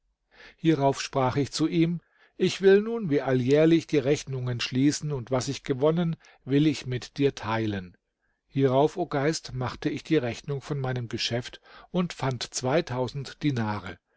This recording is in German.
hierauf sprach ich zu ihm ich will nun wie alljährlich die rechnungen schließen und was ich gewonnen will ich mit dir teilen hierauf o geist machte ich die rechnung von meinem geschäft und fand dinare